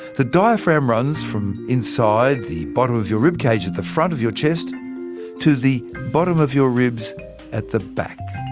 the diaphragm runs from inside the bottom of your ribcage at the front of your chest to the bottom of your ribs at the back.